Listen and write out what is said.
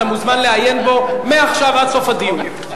אתה מוזמן לעיין בו מעכשיו עד סוף הדיון.